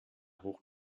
hoch